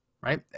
Right